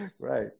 Right